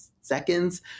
seconds